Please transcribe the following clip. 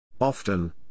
Often